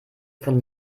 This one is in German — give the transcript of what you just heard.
von